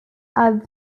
are